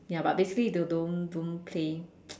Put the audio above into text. ya but basically they don't don't play